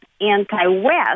anti-West